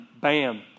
bam